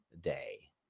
day